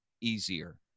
easier